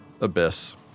Abyss